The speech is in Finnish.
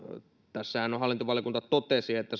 tässähän hallintovaliokunta totesi että